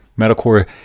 Metalcore